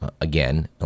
Again